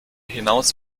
hinaus